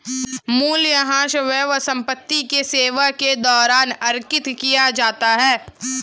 मूल्यह्रास व्यय संपत्ति की सेवा के दौरान आकृति किया जाता है